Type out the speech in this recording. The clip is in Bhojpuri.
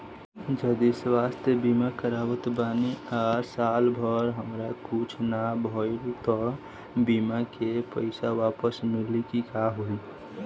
जदि स्वास्थ्य बीमा करावत बानी आ साल भर हमरा कुछ ना भइल त बीमा के पईसा वापस मिली की का होई?